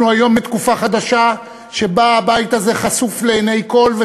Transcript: אנחנו היום בתקופה חדשה שבה הבית הזה חשוף לעיני כול,